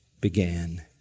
began